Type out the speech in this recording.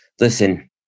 listen